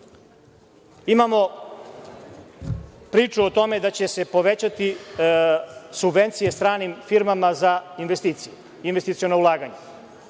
imamo priču o tome da će se povećati subvencije stranim firmama za investicije,